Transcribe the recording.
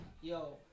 yo